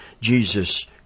Jesus